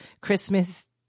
Christmas